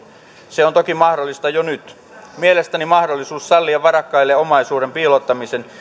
se on toki mahdollista jo nyt mielestäni mahdollisuus sallia varakkaille omaisuuden piilottaminen